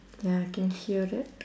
ya I can hear that